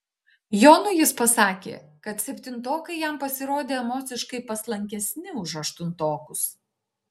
jonui jis pasakė kad septintokai jam pasirodė emociškai paslankesni už aštuntokus